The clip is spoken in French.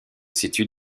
situe